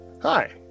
Hi